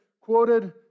quoted